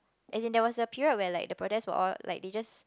as in there was a period where like protest were all like they just